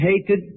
hated